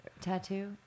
tattoo